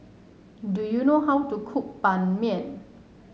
do you know how to cook Ban Mian